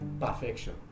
perfection